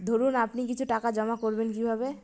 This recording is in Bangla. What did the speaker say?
ধরুন আপনি কিছু টাকা জমা করবেন কিভাবে?